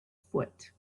foot